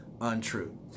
untrue